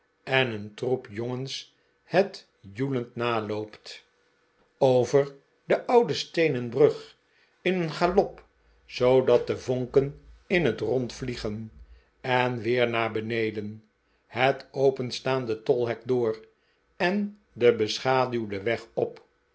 en een troep jongens het joelehd nalobpt over de oude steeneh brug in een galop zoodat de vonken ih het rond vliegen en weer naar beneden het openstaande tolhek door en den beschaduwden weg pp